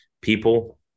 people